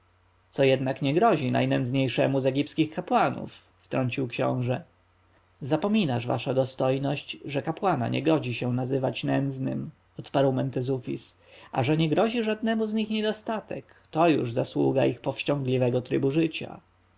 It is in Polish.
co jednak nie grozi najnędzniejszemu z egipskich kapłanów wtrącił książę zapominasz wasza dostojność że kapłana nie godzi się nazywać nędznym odparł mentezufis a że nie grozi żadnemu z nich niedostatek to jest zasługą ich powściągliwego trybu życia